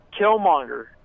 Killmonger